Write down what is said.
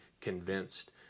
convinced